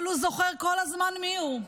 אבל הוא זוכר כל הזמן מי הוא.